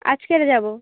আজকে যাবো